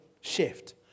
shift